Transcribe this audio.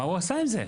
מה הוא עשה עם זה?